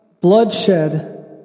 bloodshed